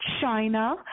China